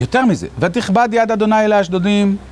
יותר מזה. ותכבד יד ה' אל האשדודים.